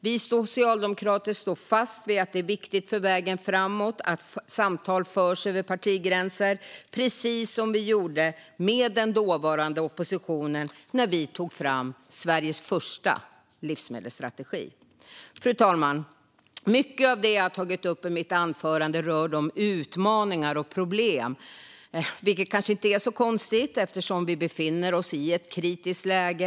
Vi socialdemokrater står fast vid att det är viktigt för att komma framåt på vägen att samtal förs över partigränser, precis som vi gjorde med den dåvarande oppositionen när vi tog fram Sveriges första livsmedelsstrategi. Fru talman! Mycket av det jag tagit upp i mitt anförande rör utmaningar och problem, vilket kanske inte är så konstigt eftersom vi befinner oss i ett kritiskt läge.